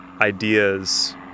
ideas